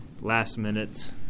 last-minute